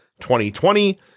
2020